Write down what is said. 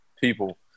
people